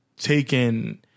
taken